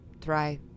try